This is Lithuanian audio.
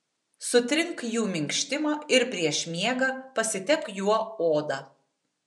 sutrink jų minkštimą ir prieš miegą pasitepk juo odą